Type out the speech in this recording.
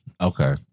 Okay